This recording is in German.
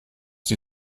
die